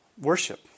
Worship